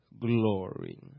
glory